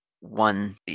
One